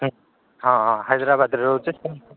ହଁ ହଁ ହାଇଦ୍ରାବାଦରେ ରହୁଛି